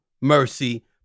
Mercy